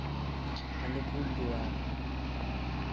Alipur Duar